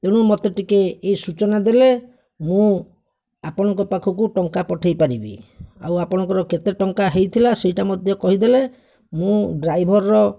ତେଣୁ ମୋତେ ଟିକିଏ ଏଇ ସୂଚନା ଦେଲେ ମୁଁ ଆପଣଙ୍କ ପାଖକୁ ଟଙ୍କା ପଠେଇପାରିବି ଆଉ ଆପଣଙ୍କର କେତେ ଟଙ୍କା ହେଇଥିଲା ସେଇଟା ମଧ୍ୟ କହିଦେଲେ ମୁଁ ଡ୍ରାଇଭର୍ର